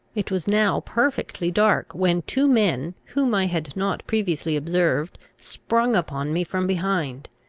it was now perfectly dark, when two men, whom i had not previously observed, sprung upon me from behind.